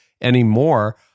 anymore